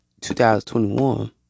2021